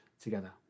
together